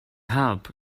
help